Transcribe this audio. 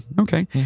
okay